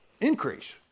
increase